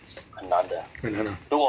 mmhmm